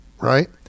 right